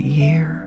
year